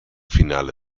finale